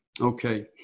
Okay